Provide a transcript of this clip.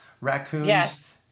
raccoons